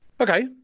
okay